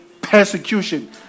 persecution